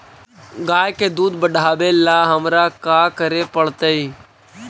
गाय के दुध बढ़ावेला हमरा का करे पड़तई?